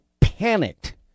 panicked